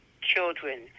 children